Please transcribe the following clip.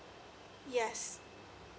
yes